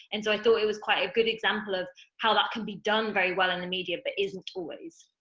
and so, i thought it was quite a good example of how that can be done very well in the media, but isn't always.